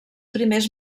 primers